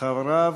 אחריו,